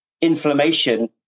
inflammation